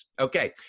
Okay